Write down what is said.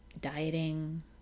dieting